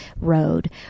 road